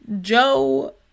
Joe